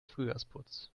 frühjahrsputz